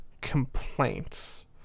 complaints